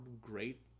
great